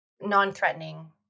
non-threatening